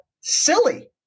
silly